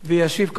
מס' 8234. ישיב,